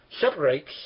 separates